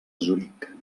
zuric